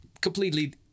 completely